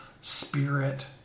spirit